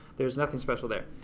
there's nothing special there.